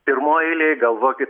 pirmoj eilėj galvokit